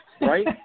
Right